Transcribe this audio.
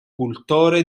cultore